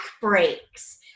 breaks